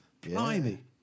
Blimey